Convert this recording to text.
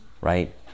Right